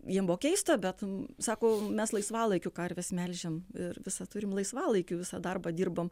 jiem buvo keista bet sako mes laisvalaikiu karves melžiam ir visą turim laisvalaikiu visą darbą dirbam